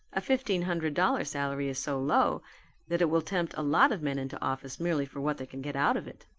a fifteen-hundred-dollar salary is so low that it will tempt a lot of men into office merely for what they can get out of it.